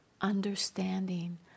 understanding